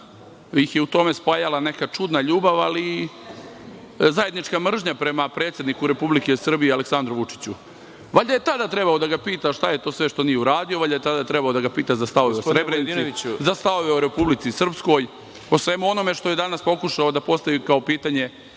ih je u tome spajala neka čudna ljubav, ali zajednička mržnja prema predsedniku Republike Srbije Aleksandru Vučiću. Valjda je tada trebao da ga pita šta je to sve što nije uradio? Valjda je tada trebao da ga pita, za stavove u Srebrenici, za stavove o Republici Srpskoj, o svemu onome što je danas pokušao da postavi kao pitanje